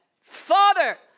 Father